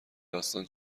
داستان